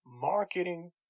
marketing